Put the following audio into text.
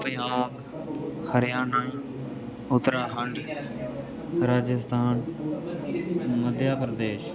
Punjab Haryana Uttarakhand Rajasthan Madhya Pradesh